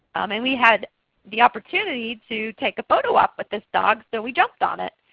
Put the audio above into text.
and we had the opportunity to take a photo-op with this dog, so we jumped on it